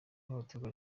ihohoterwa